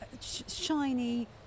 shiny